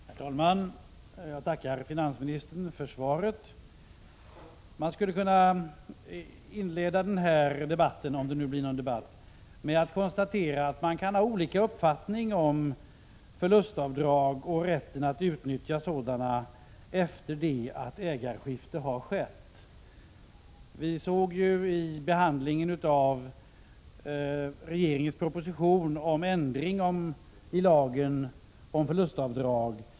Herr talman! Jag tackar finansministern för svaret. Jag skulle vilja inleda denna debatt — om det nu blir någon — med att konstatera att man kan ha olika uppfattning om förlustavdrag och rätten att utnyttja sådana efter det att ägarskifte har skett. Det avgavs ju reservationer vid behandlingen av regeringens proposition om ändring i lagen om förlustavdrag.